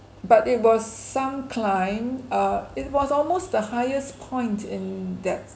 but it was some climb uh it was almost the highest point in that